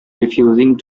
refusing